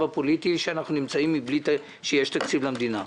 הפוליטי שאנחנו נמצאים בו מבלי שיש תקציב למדינה,